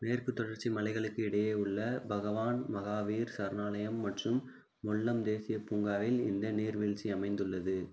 மேற்குத் தொடர்ச்சி மலைகளுக்கு இடையே உள்ள பகவான் மகாவீர் சரணாலயம் மற்றும் மொல்லம் தேசியப் பூங்காவில் இந்த நீர்வீழ்ச்சி அமைந்துள்ளது